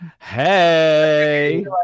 Hey